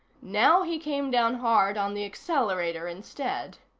now he came down hard on the accelerator instead.